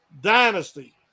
dynasty